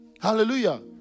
Hallelujah